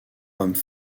hommes